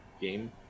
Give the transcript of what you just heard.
game